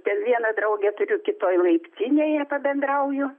ten vieną draugę turiu kitoj laiptinėje pabendrauju